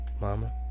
mama